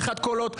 בחד קולות,